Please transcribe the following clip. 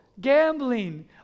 gambling